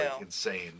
Insane